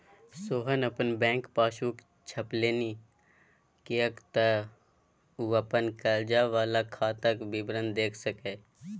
सोहन अपन bank passbook छपेलनि किएक तँ ओ अपन कर्जा वला खाताक विवरण देखि सकय